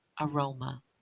aroma